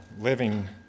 living